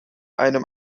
einem